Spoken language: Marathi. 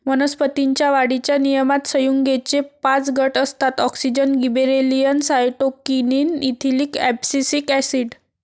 वनस्पतीं च्या वाढीच्या नियमनात संयुगेचे पाच गट असतातः auxin, gibberellin, cytokinin, ethylene, abscisic acid